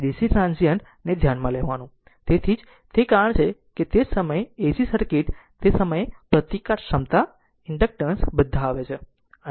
તેથી DC transient ને ધ્યાનમાં લેવું તેથી તે જ કારણ છે કે તે જ સમયે AC સર્કિટ તે સમયે પ્રતિકાર ક્ષમતા ઇન્ડક્ટન્સ બધા આવે છે